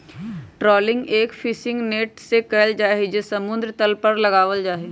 trawling एक fishing net से कइल जाहई जो समुद्र तल पर लगावल जाहई